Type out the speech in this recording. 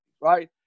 right